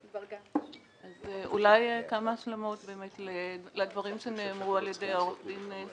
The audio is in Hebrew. אז אולי כמה השלמות באמת לדברים שנאמרו על ידי עורך דין סיגל מרד.